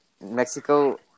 Mexico